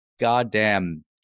Goddamn